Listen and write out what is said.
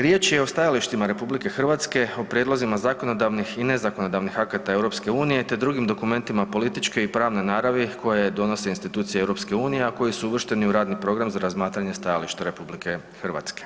Riječ je o stajalištima RH o prijedlozima zakonodavnih i nezakonodavnih akata EU-a te drugim dokumentima političke i pravne naravi koje donose institucije EU-a a koji su uvršteni u radni program za razmatranje stajališta RH.